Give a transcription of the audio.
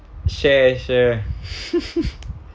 share share